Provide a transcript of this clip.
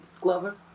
Glover